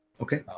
Okay